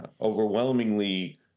overwhelmingly